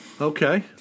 Okay